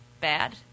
bad